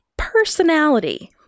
personality